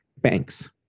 banks